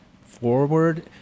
forward